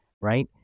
Right